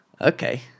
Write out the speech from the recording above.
Okay